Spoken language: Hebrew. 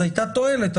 אז הייתה תועלת,